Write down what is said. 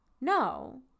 No